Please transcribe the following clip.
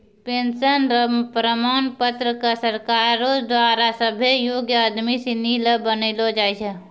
pension र प्रमाण पत्र क सरकारो द्वारा सभ्भे योग्य आदमी सिनी ल बनैलो जाय छै